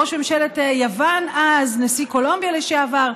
ראש ממשלת יוון אז, נשיא קולומביה לשעבר,